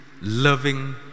loving